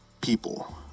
people